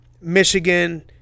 Michigan